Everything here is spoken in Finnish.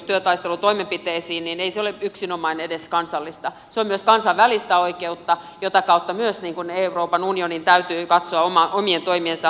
ei se ole yksinomaan edes kansallista se on myös kansainvälistä oikeutta jota kautta myös euroopan unionin täytyy katsoa omien toimiensa oikeasuhtaisuus